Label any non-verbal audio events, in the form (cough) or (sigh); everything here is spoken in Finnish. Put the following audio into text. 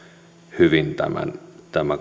hyvin tämä (unintelligible)